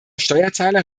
steuerzahler